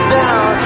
down